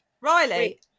Riley